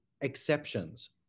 exceptions